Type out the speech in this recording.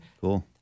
Cool